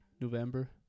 November